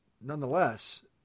nonetheless